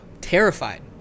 Terrified